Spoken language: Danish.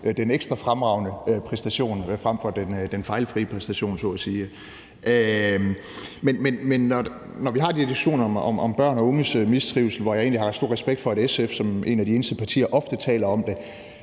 den ekstra fremragende præstation frem for den fejlfri præstation, så at sige. Men når vi har de diskussioner om børn og unges mistrivsel, hvor jeg egentlig har stor respekt for, at SF som et af de eneste partier ofte taler om det,